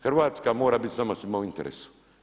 Hrvatska mora biti nama svima u interesu.